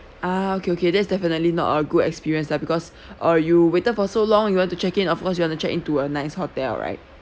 ah okay okay that's the definitely not a good experience lah because err you waited for so long you want to check in of course you want to check in to a nice hotel right